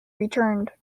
returned